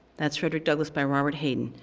that's frederick douglass, by robert hayden,